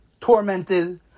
tormented